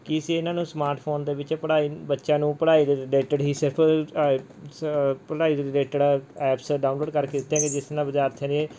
ਕੀ ਸੀ ਇਹਨਾਂ ਨੂੰ ਸਮਾਰਟ ਫੋਨ ਦੇ ਵਿੱਚ ਪੜ੍ਹਾਈ ਬੱਚਿਆਂ ਨੂੰ ਪੜ੍ਹਾਈ ਦੇ ਰਿਲੇਟਿਡ ਹੀ ਸਿਰਫ ਪੜ੍ਹਾਈ ਦੇ ਰਿਲੇਟਡ ਐਪਸ ਡਾਊਨਲੋਡ ਕਰਕੇ ਦਿੱਤੀਆਂ ਗਏ ਜਿਸ ਨਾਲ ਵਿਦਿਆਰਥੀਆਂ ਦੇ